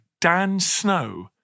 DANSNOW